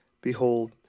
Behold